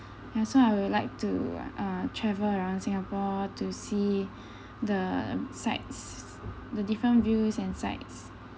ya so I would like to uh travel around singapore to see the sight the different views and sites